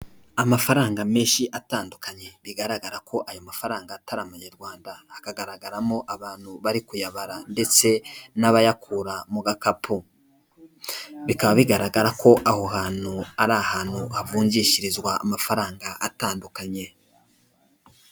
Amafaranga menshi atandukanye bigaragara ko ayo mafaranga ataramenyarwanda, hakagaragaramo abantu bari kuyabara ndetse n'abayakura mu gakapu, bikaba bigaragara ko aho hantu ari ahantu hagungishirizwa amafaranga atandukanye.